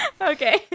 okay